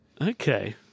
Okay